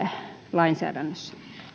lainsäädännössä